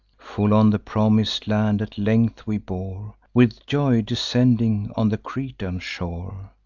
full on the promis'd land at length we bore, with joy descending on the cretan shore.